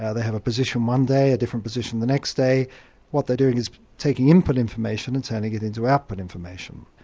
ah they have a position one day, a different position the next day, and what they're doing is taking input information and turning it into output information.